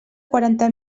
quaranta